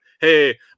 hey